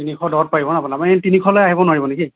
তিনিশ দহত পাৰিব ন আপুনি আপুনি তিনিশলৈ আহিব নোৱাৰিব নেকি